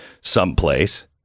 someplace